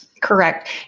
Correct